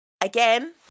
again